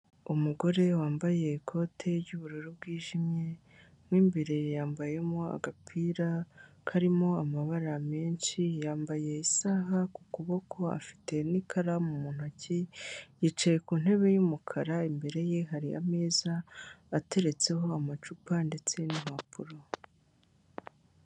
Umugore wambaye ikote ry'ubururu bwijimye, mo imbere yambayemo agapira karimo amabara menshi, yambaye isaha ku kuboko, afite n'ikaramu mu ntoki, yicaye ku ntebe y'umukara, imbere ye hari ameza ateretseho amacupa ndetse n'impapuro.